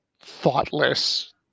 thoughtless